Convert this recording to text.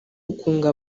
ukunga